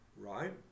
right